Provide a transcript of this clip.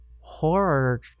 Horror